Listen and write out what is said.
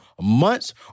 months